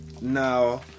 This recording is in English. now